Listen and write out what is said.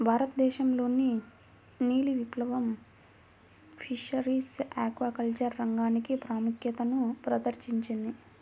భారతదేశంలోని నీలి విప్లవం ఫిషరీస్ ఆక్వాకల్చర్ రంగానికి ప్రాముఖ్యతను ప్రదర్శించింది